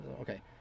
okay